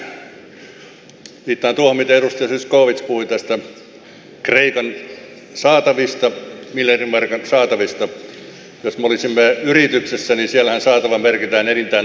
viittaan tuohon mitä edustaja zyskowicz puhui kreikan saatavista miljardin markan saatavista jos me olisimme yrityksessä niin siellähän saatava merkitään enintään todennäköiseen arvoonsa